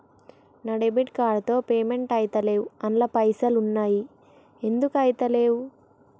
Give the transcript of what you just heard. నా debit card తో payment ఐతలేవ్ అండ్ల పైసల్ ఉన్నయి ఎందుకు ఐతలేవ్?